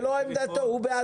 זה לא עמדתו, הוא בעדך.